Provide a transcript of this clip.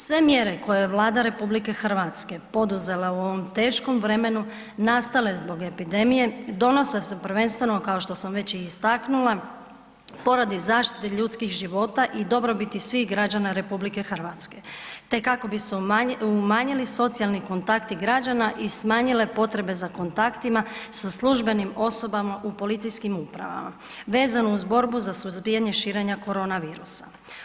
Sve mjere koje je Vlada RH poduzela u ovom teškom vremenu nastale zbog epidemije, donose se prvenstveno kao što sam već i istaknula poradi zaštite ljudskih života i dobrobiti svih građana RH te kako bi se umanjili socijalni kontakti građana i smanjile potrebe za kontaktima sa službenim osobama u policijskim upravama, vezano uz borbu za suzbijanje širenja korona virusa.